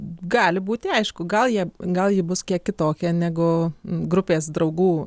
gali būti aišku gal jie gal ji bus kiek kitokia negu grupės draugų